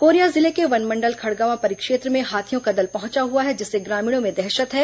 Korea जिले के वनमंडल खड़गवां परिक्षेत्र में हाथियों का दल पहुंचा हुआ है जिससे ग्रामीणों में दहशत है